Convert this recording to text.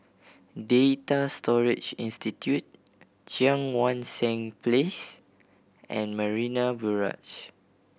Data Storage Institute Cheang Wan Seng Place and Marina Barrage